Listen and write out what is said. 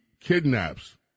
kidnaps